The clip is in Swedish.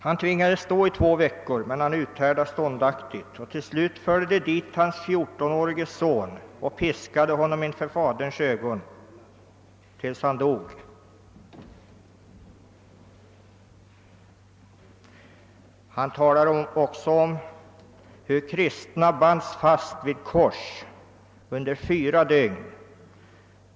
Han tvingades stå i två veckor, men han uthärdade ståndaktigt. Till slut förde man dit hans 14-årige son och piskade honom till döds inför faderns ögon. Han talar också om hur kristna bands fast vid kors under fyra dygn.